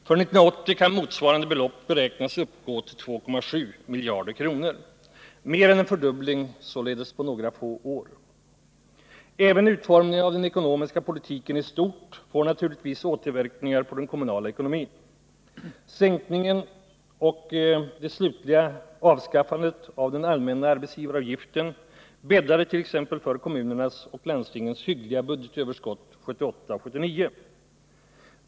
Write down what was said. För 1980 kan motsvarande belopp beräknas uppgå till 2,7 miljarder kronor — mer än en fördubbling således på några få år. Även utformningen av den ekonomiska politiken i stort får naturligtvis återverkningar på den kommunala ekonomin. Sänkningen och det slutliga avskaffandet av den allmänna arbetsgivaravgiften bäddade t.ex. för kommunernas och landstingens hyggliga budgetöverskott 1978 och 1979.